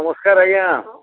ନମସ୍କାର ଆଜ୍ଞା